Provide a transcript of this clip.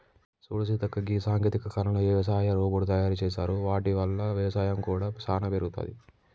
సూడు సీతక్క గీ సాంకేతిక కాలంలో యవసాయ రోబోట్ తయారు సేసారు వాటి వల్ల వ్యవసాయం కూడా సానా పెరుగుతది